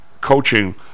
coaching